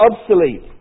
obsolete